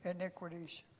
iniquities